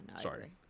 sorry